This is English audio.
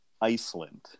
Iceland